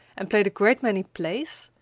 and played a great many plays,